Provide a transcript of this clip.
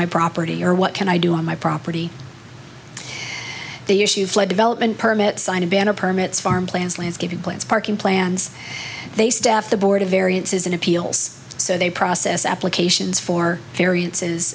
my property or what can i do on my property they issue flood development permit sign a banner permits farm plans landscaping plants parking plans they staff the board of variances in appeals so they process applications for variances